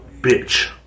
bitch